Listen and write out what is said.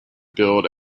build